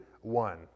one